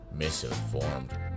Misinformed